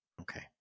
Okay